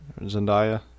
zendaya